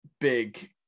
big